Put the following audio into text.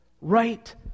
right